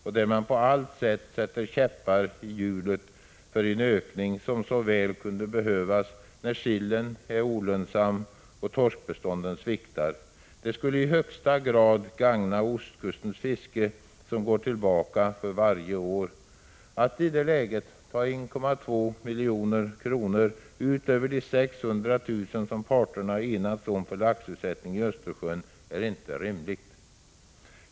Här sätter man på allt sätt käppar i hjulet för den ökning som väl kunde behövas, när sillfisket är olönsamt och torskbestånden sviktar. En ökning skulle i högsta grad gagna ostkustens fiske, som går tillbaka för varje år. Att i det läget ta 1,2 milj.kr. utöver de 600 000 kr. som parterna enats om för laxutsättning i Östersjön är inte rimligt.